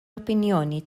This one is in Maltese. opinjoni